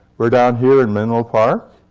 we're down here in menlo park.